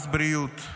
מס בריאות,